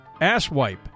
Asswipe